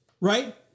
right